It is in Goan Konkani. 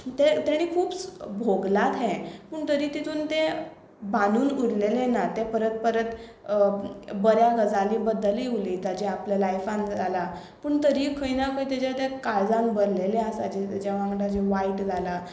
तें तेणें खूब स भोगलांत हें पूण तरी तेतून तें बानून उरलेलें ना तें परत परत बऱ्या गजाली बद्दलूय उलयता जे आपल्या लायफान जाला पूण तरी खंय ना खंय तेज्या त्या काळजाक भरलेलें आसा जें तेज्या वांगडा जें वायट जालां